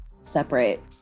separate